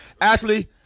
Ashley